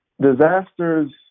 Disasters